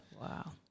Wow